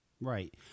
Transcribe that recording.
Right